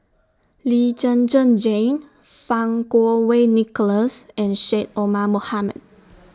Lee Zhen Zhen Jane Fang Kuo Wei Nicholas and Syed Omar Mohamed